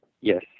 Yes